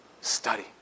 study